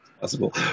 possible